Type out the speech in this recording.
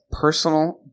personal